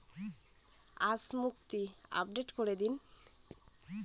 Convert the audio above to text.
আজ মুক্তি আপডেট করে দিন